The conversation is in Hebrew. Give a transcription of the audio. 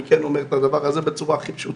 אני אומר את הדבר הזה בצורה הכי פשוטה: